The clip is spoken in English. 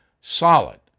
solid